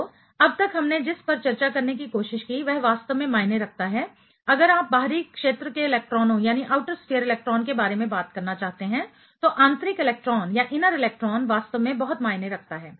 तो अब तक हमने जिस पर चर्चा करने की कोशिश की वह वास्तव में मायने रखता है अगर आप बाहरी क्षेत्र के इलेक्ट्रॉनों के बारे में बात करना चाहते हैं तो आंतरिक इलेक्ट्रॉन वास्तव में बहुत मायने रखता है